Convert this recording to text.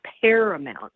paramount